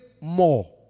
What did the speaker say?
more